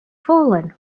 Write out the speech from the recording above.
fallen